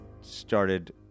started